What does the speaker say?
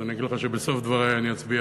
אז אני אגיד לך שבסוף דברי אני אצביע